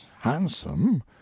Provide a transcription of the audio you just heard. handsome